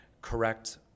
correct